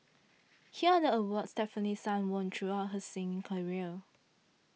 here are the awards Stefanie Sun won throughout her singing career